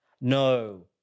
No